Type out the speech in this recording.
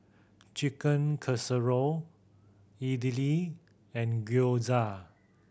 Chicken Casserole Idili and Gyoza